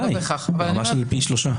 פי שלושה.